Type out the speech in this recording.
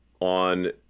on